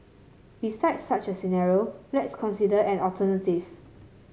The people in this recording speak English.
besides such a scenario let's consider an alternative